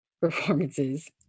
performances